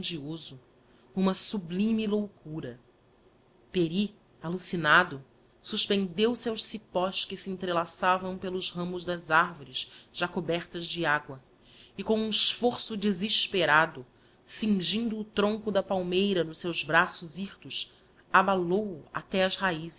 grandioso uma sublime loucura pery allucinado suspendeu se aos cipós que se entrelaçavam pelos ramos das arvores já cobertas de agua e com um esforço desesperado cingindo o tronco da palmeira nos seus braços hirtos abalou o até áâ raizes